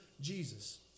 Jesus